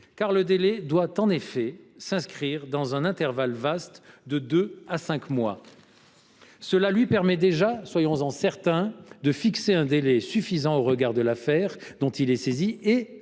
le délai doit s’inscrire dans un vaste intervalle allant de deux à cinq mois. Cela lui permet déjà, soyons en certains, de fixer un délai suffisant au regard de l’affaire dont il est saisi et